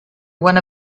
one